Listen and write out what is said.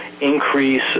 increase